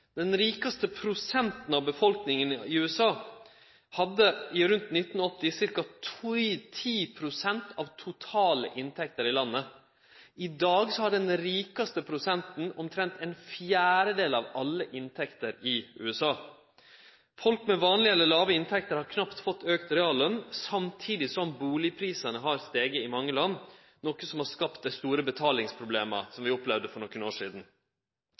Den rikaste prosenten av befolkninga i USA hadde rundt 1980 ca. 10 pst. av dei totale inntektene i landet. I dag har den rikaste prosenten omtrent ein fjerdedel av alle inntektene i USA. Folk med vanlege eller låge inntekter har knapt fått auka realløn, samtidig som bustadprisane har stige i mange land, noko som har skapt dei store betalingsproblema som vi opplevde for nokre år sidan.